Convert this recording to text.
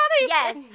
Yes